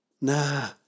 Nah